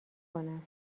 کنم